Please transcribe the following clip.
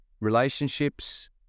Relationships